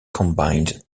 combined